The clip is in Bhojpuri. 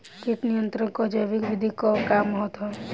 कीट नियंत्रण क जैविक विधि क का महत्व ह?